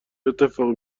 اتفاقی